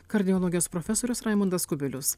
kardiologijos profesorius raimondas kubilius